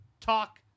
talk